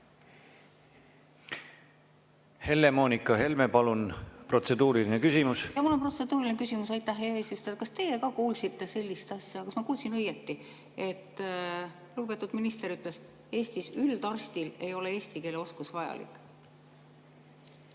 Helle-Moonika Helme, palun, protseduuriline küsimus! Jaa, mul on protseduuriline küsimus. Aitäh, hea eesistuja! Kas teie ka kuulsite sellist asja? Kas ma kuulsin õigesti, et lugupeetud minister ütles, et Eestis üldarstil ei ole eesti keele oskus vajalik?